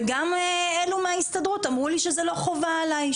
וגם אלה מההסתדרות אמרו לי שזה לא חובה עלי,